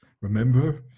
Remember